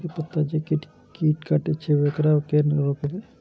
धान के पत्ता के जे कीट कटे छे वकरा केना रोकबे?